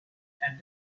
had